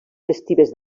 festives